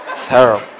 Terrible